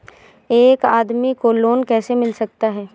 एक आदमी को लोन कैसे मिल सकता है?